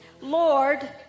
Lord